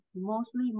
mostly